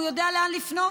הוא יודע לאן לפנות,